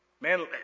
Man